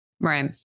right